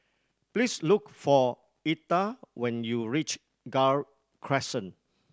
please look for Etta when you reach Gul Crescent